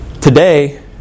Today